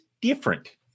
different